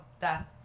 death